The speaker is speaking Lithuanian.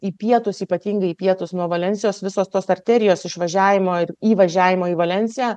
į pietus ypatingai į pietus nuo valensijos visos tos arterijos išvažiavimo ir įvažiavimo į valensiją